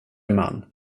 man